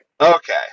Okay